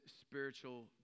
spiritual